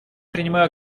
принимаю